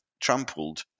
trampled